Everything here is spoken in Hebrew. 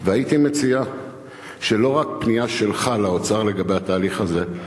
והייתי מציע שלא רק פנייה שלך לאוצר לגבי התהליך הזה,